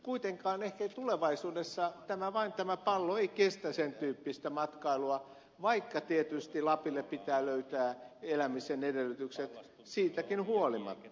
kuitenkaan ehkä tulevaisuudessa tämä pallo vain ei kestä sen tyyppistä matkailua vaikka tietysti lapille pitää löytää elämisen edellytykset siitäkin huolimatta